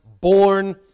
born